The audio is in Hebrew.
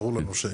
ברור לנו שלא.